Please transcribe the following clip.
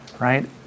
right